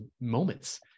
moments